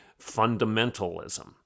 fundamentalism